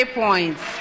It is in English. points